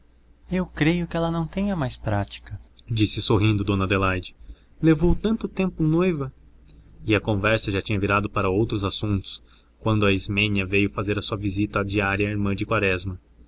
eu creio que ela não tem mais prática disse sorrindo dona adelaide levou tanto tempo noiva e a conversa já tinha virado para outros assuntos quando a ismênia veio fazer a sua visita diária à irmã de quaresma